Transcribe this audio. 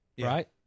right